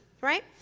right